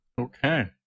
Okay